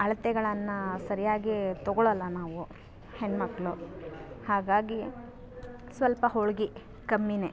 ಅಳತೆಗಳನ್ನ ಸರಿಯಾಗಿ ತಗೊಳೊಲ್ಲ ನಾವು ಹೆಣ್ಣುಮಕ್ಳು ಹಾಗಾಗಿ ಸ್ವಲ್ಪ ಹೊಳ್ಗೆ ಕಮ್ಮಿ